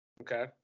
Okay